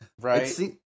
Right